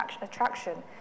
attraction